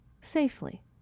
safely